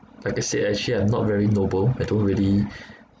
like I said actually I'm not very noble I don't really